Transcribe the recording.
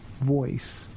voice